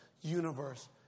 universe